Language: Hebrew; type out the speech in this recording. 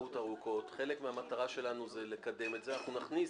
חלק מהמטרה שלנו זה לקדם את זה, נכניס